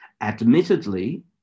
Admittedly